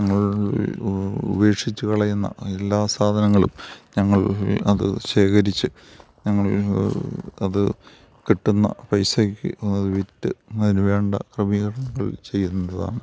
നിങ്ങൾ ഉപേക്ഷിച്ച് കളയുന്ന എല്ലാ സാധനങ്ങളും ഞങ്ങൾ അത് ശേഖരിച്ച് ഞങ്ങൾ അത് കിട്ടുന്ന പൈസക്ക് വിറ്റ് അതിന് വേണ്ട ക്രമീകരണങ്ങൾ ചെയ്യുന്നതാണ്